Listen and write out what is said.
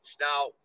Now